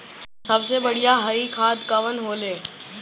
सबसे बढ़िया हरी खाद कवन होले?